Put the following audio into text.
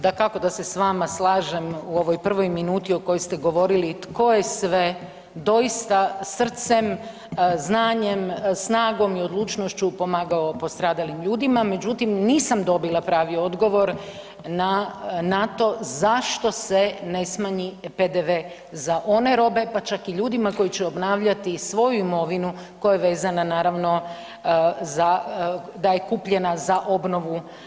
Dakako da se s vama slažem u ovoj prvoj minuti u kojoj ste govorili tko je sve doista srcem, znanjem, snagom i odlučnošću pomagao postradalim ljudima, međutim, nisam dobila pravi odgovor na to zašto se ne smanji PDV za one robe, pa čak i ljudima koji će obnavljati i svoju imovinu koja je vezana, naravno, da je kupljena za obnovu.